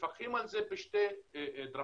מפקחים על זה בשתי דרכים.